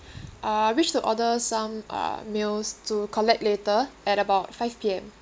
uh I wish to order some uh meals to collect later at about five P_M